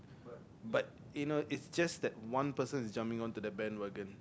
but you know it's just that one person is jumping on to the bandwangon